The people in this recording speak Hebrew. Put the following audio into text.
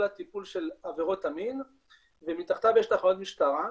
הטיפול של עבירות המין ומתחתיו יש תחנות משטרה.